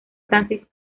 francis